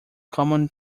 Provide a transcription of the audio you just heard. common